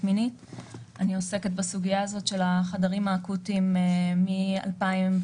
אני עוסקת בסוגיה הזאת של החדרים האקוטיים מ-2013,